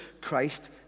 Christ